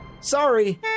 Sorry